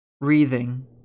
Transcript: Breathing